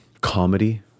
comedy